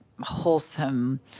wholesome